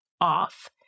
off